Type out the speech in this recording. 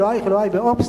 אלוהייך אלוהי והופס,